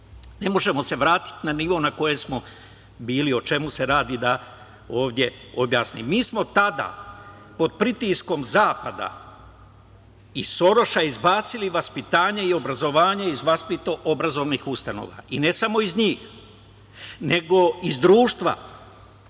Ne možemo se vratiti na nivo na kojem smo bili. O čemu se radi, da ovde objasnim. Mi smo tada, pod pritiskom Zapada i Soroša, izbacili vaspitanje i obrazovanje iz vaspitno-obrazovnih ustanova, i ne samo iz njih, nego i iz društva,